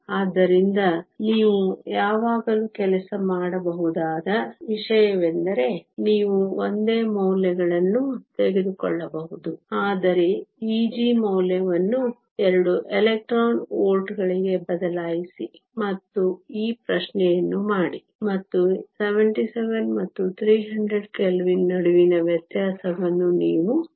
ಆದ್ದರಿಂದ ನೀವು ಯಾವಾಗಲೂ ಕೆಲಸ ಮಾಡಬಹುದಾದ ವಿಷಯವೆಂದರೆ ನೀವು ಒಂದೇ ಮೌಲ್ಯಗಳನ್ನು ತೆಗೆದುಕೊಳ್ಳಬಹುದು ಆದರೆ Eg ಮೌಲ್ಯವನ್ನು 2 ಎಲೆಕ್ಟ್ರಾನ್ ವೋಲ್ಟ್ಗಳಿಗೆ ಬದಲಾಯಿಸಿ ಮತ್ತು ಈ ಪ್ರಶ್ನೆಯನ್ನು ಮಾಡಿ ಮತ್ತು 77 ಮತ್ತು 300 ಕೆಲ್ವಿನ್ ನಡುವಿನ ವ್ಯತ್ಯಾಸವನ್ನು ನೀವು ನೋಡಬಹುದು